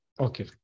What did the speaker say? Okay